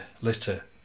litter